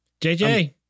JJ